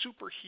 superheat